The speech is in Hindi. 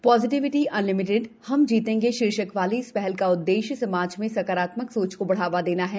पॉज़िटिविटी अनलिमिटेड हम जीतेंगे शीर्षक वाली इस पहल का उद्देश्य समाज में सकारात्मक सोच को बढ़ावा देना है